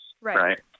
right